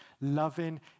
loving